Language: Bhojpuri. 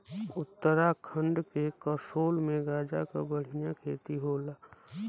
उत्तराखंड के कसोल में गांजा क बढ़िया खेती होला